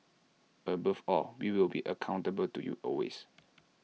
above all we will be accountable to you always